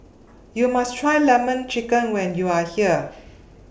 YOU must Try Lemon Chicken when YOU Are here